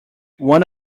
one